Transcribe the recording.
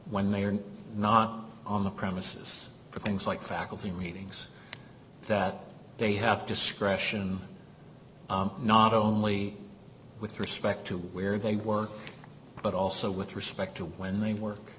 when they are not on the premises for things like faculty meetings that they have to scratch and not only with respect to where they work but also with respect to when they work